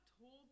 told